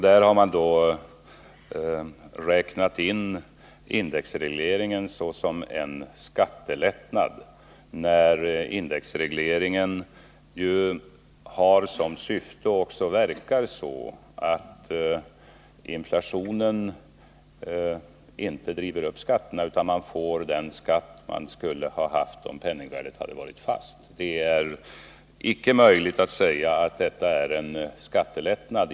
Där har ni då räknat in indexregleringen såsom en skattelättnad, medan indexregleringen har till syfte — och också verkar så — att åstadkomma att inflationen inte driver upp skatterna utan man får den skatt man skulle ha haft om penningvärdet hade varit fast. Det är icke möjligt att säga att detta är en skattelättnad.